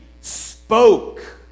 spoke